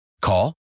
Call